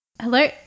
Hello